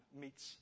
meets